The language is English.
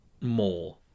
more